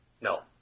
No